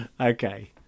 Okay